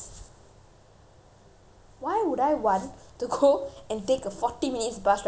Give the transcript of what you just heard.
why would I want to go and take a forty minutes bus ride when I can just go in ten minutes